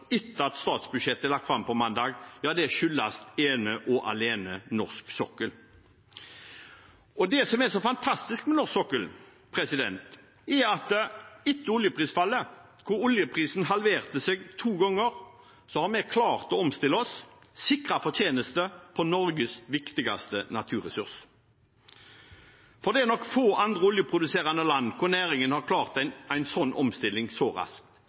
etter at statsbudsjettet er lagt fram på mandag, er ene og alene norsk sokkel. Det som er så fantastisk med norsk sokkel, er at etter oljeprisfallet, da oljeprisen halverte seg to ganger, har vi klart å omstille oss og sikre fortjeneste på Norges viktigste naturressurs. Det er nok få andre oljeproduserende land der næringen har klart en slik omstilling så raskt.